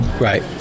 Right